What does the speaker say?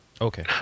Okay